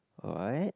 alright